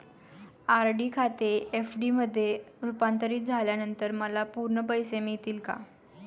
RD खाते FD मध्ये रुपांतरित झाल्यानंतर मला पूर्ण पैसे मिळतील का?